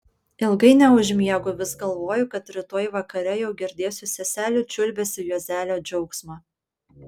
ilgai neužmiegu vis galvoju kad rytoj vakare jau girdėsiu seselių čiulbesį juozelio džiaugsmą